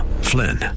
Flynn